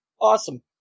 Awesome